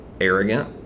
arrogant